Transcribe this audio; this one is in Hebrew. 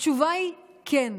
התשובה היא כן,